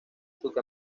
sud